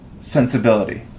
sensibility